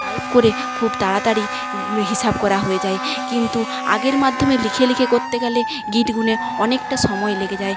type করে খুব তাড়াতাড়ি হিসাব করা হয়ে যায় কিন্তু আগের মাধ্যমে লিখে লিখে করতে গেলে গিট গুনে অনেকটা সময় লেগে যায়